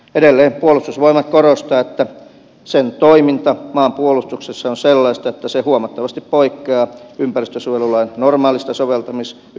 edelleen puolustusvoimat korostaa että sen toiminta maanpuolustuksessa on sellaista että se huomattavasti poikkeaa ympäristönsuojelulain normaalista soveltamisympäristöstä